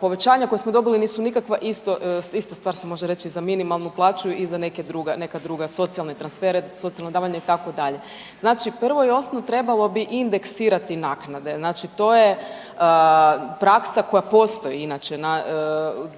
povećanja koja smo dobili nisu nikakva isto, ista stvar se može reći i za minimalnu plaću i za neke druge, neka druga socijalne transfere, socijalna davanja, itd. Znači prvo i osnovno, trebalo bi indeksirati naknade, znači to je praksa koja postoji inače